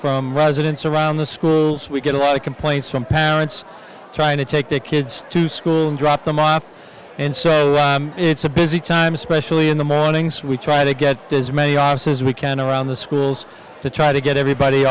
from residents around the schools we get a lot of complaints from parents trying to take their kids to school drop them off and so it's a busy time especially in the mornings we try to get as many os as we can around the schools to try to get everybody